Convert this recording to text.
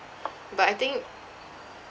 but I think